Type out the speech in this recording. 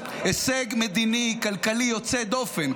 הישג מדיני-כלכלי יוצא דופן,